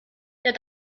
der